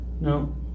No